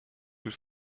will